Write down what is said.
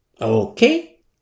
Okay